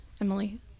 emily